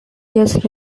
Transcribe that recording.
years